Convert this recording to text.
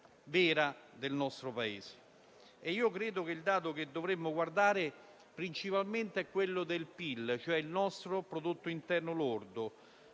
vera del nostro Paese. Credo che il dato che dovremmo guardare principalmente sia quello relativo al PIL, il nostro Prodotto interno lordo.